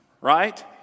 right